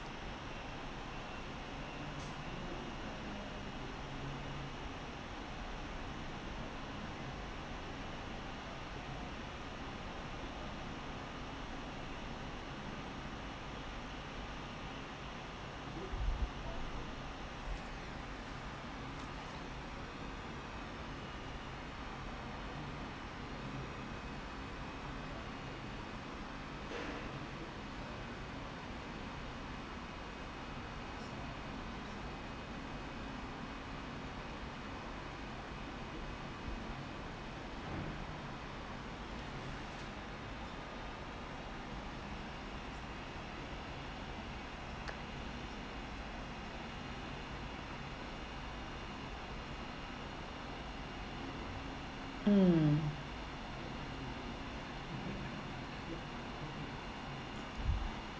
mm